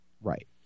Right